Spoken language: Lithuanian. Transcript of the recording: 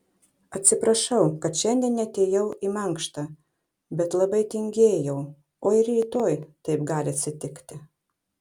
atsiprašau kad šiandien neatėjau į mankštą bet labai tingėjau o ir rytoj taip gali atsitikti